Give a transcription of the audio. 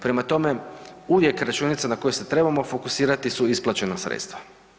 Prema tome, uvijek računica na koju se trebamo fokusirati su isplaćena sredstva.